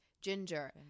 ginger